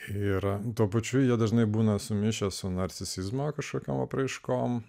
ir tuo pačiu jie dažnai būna sumišęs su narcisizmo kažkokiom apraiškom